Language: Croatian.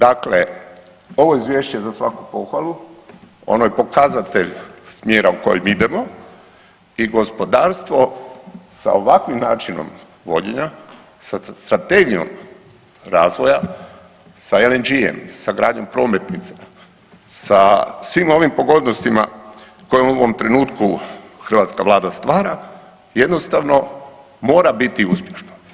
Dakle, ovo je Izvješće za svaku pohvalu, ono je pokazatelj smjera u kojem idemo i gospodarstvo sa ovakvim načinom vođenja, sa strategijom razvoja, sa LNG-em, sa gradom prometnica, sa svim ovim pogodnostima koje u ovom trenutku hrvatska Vlada stvara, jednostavno mora biti uspješna.